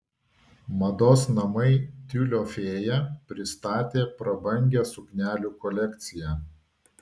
mados namai tiulio fėja pristatė prabangią suknelių kolekciją